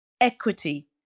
equity